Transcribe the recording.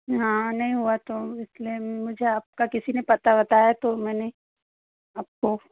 हाँ नहीं हुआ तो इसलिए मुझे आपका किसी ने पता बताया तो मैंने आपको